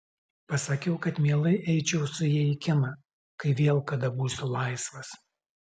pasakiau kad mielai eičiau su ja į kiną kai vėl kada būsiu laisvas